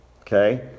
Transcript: Okay